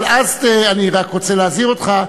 אבל אז אני רק רוצה להזהיר אותך,